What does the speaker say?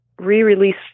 re-release